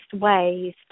ways